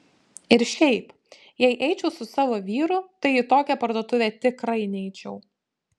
ir šiaip jei eičiau su savo vyru tai į tokią parduotuvę tikrai neičiau